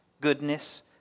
goodness